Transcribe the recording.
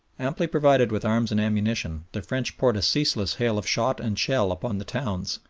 amply provided with arms and ammunition, the french poured a ceaseless hail of shot and shell upon the towns,